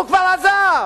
הוא כבר עזב.